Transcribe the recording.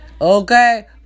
Okay